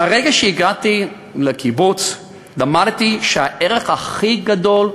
מהרגע שהגעתי לקיבוץ למדתי שהערך הכי גדול,